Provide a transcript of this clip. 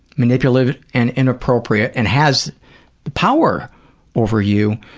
manipulative and inappropriate and has the power over you,